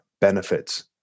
benefits